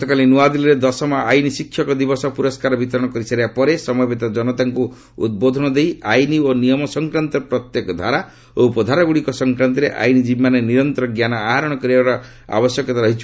ଗତକାଲି ନୁଆଦିଲ୍ଲୀରେ ଦଶମ ଆଇନ ଶିକ୍ଷକ ଦିବସ ପୁରସ୍କାର ବିତରଣ କରିସାରିବା ପରେ ସମବେତ ଜନତାଙ୍କୁ ଉଦ୍ବୋଧନ ଦେଇ ଆଇନ ଓ ନିୟମ ସଂକ୍ରାନ୍ତ ପ୍ରତ୍ୟେକ ଧାରା ଓ ଉପଧାରାଗୁଡ଼ିକ ସଂକ୍ରାନ୍ତରେ ଆଇନଜୀବୀମାନେ ନିରନ୍ତର ଜ୍ଞାନ ଆହରଣ କରିବାର ଆବଶ୍ୟକତା ରହିଛି